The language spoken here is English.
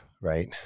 right